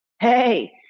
Hey